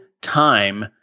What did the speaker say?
time